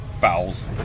Bowels